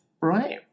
Right